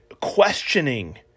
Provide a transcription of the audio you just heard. questioning